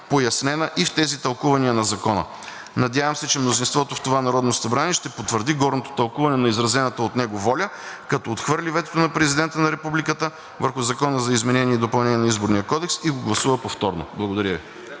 пояснена и в тези тълкувания на Закона. Надявам се, че мнозинството в това Народно събрание ще потвърди горното тълкуване на изразената от него воля, като отхвърли ветото на Президента на Републиката върху Закона за изменение и допълнение на Изборния кодекс и го гласува повторно. Благодаря Ви.